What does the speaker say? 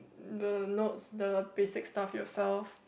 the notes the basic stuff yourself